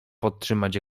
podtrzymać